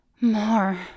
More